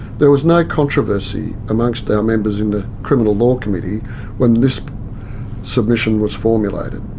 there was no controversy amongst our members in the criminal law committee when this submission was formulated.